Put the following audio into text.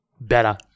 better